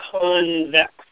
convex